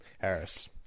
Harris